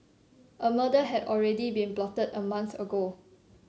a murder had already been plotted a month ago